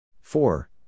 Four